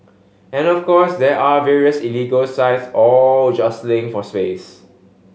and of course there are various illegal sites all jostling for space